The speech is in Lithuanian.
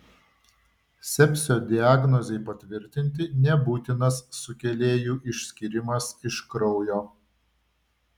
sepsio diagnozei patvirtinti nebūtinas sukėlėjų išskyrimas iš kraujo